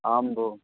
आं भो